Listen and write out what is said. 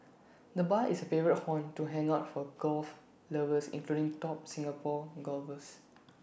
the bar is A favourite haunt to hang out for golf lovers including top Singapore golfers